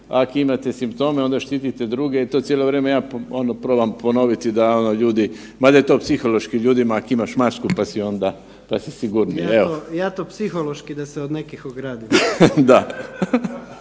ako imate simptome onda štitite druge i to cijelo vrijeme ja ono probam ponoviti da ono ljudi, valjda je to psihološki ljudima ako imaš masku pa si onda sigurniji …/Upadica: Ja to psihološki da se od nekih ogradim./…